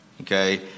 Okay